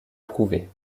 prouver